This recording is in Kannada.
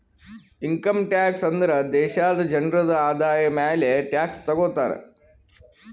ಇನ್ಕಮ್ ಟ್ಯಾಕ್ಸ್ ಅಂದುರ್ ದೇಶಾದು ಜನ್ರುದು ಆದಾಯ ಮ್ಯಾಲ ಟ್ಯಾಕ್ಸ್ ತಗೊತಾರ್